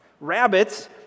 rabbits